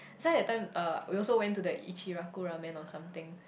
that's why that time uh we also went to the Ichiraku-Ramen or something